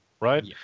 right